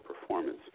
performance